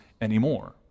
anymore